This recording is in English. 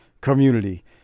community